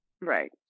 right